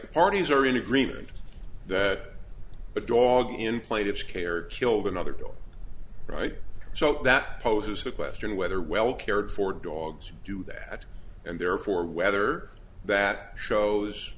the parties are in agreement that the dog inflated scared killed another dog right so that poses the question whether well cared for dogs to do that and therefore whether that shows